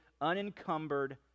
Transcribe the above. unencumbered